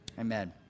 Amen